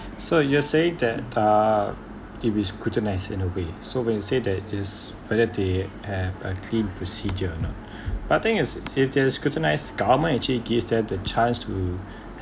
so you are saying that uh it be scrutinised in a way so when you say that is whether they have a clean procedure or not but thing is if they're are scrutinised government actually gives them the chance to